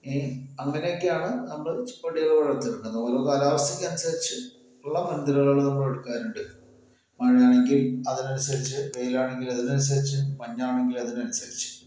ഇനി അങ്ങനെയൊക്കെയാണ് നമ്മൾ ചെടികൾ വളർത്തിയെടുക്കുന്നത് ഓരോ കാലാവസ്ഥക്ക് അനുസരിച്ച് ഉള്ള മുൻകരുതലുകൾ നമ്മൾ എടുക്കാനുണ്ട് മഴയാണെങ്കിൽ അതിനനുസരിച്ച് വെയിൽ ആണെങ്കിൽ അതിന് അനുസരിച്ച് മഞ്ഞ് ആണെങ്കിൽ അതിന് അനുസരിച്ച്